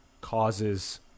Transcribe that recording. causes